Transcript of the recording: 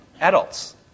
adults